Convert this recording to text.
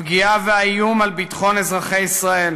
הפגיעה והאיום על ביטחון אזרחי ישראל,